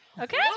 okay